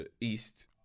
East